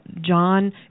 John